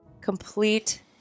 complete